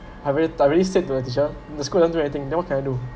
I already I already said to the teacher in the school won't do anything then what can I do